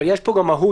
אבל יש פה גם מהות.